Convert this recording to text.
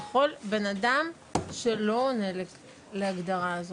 בן אדם שלא עונה להגדרה הזאת,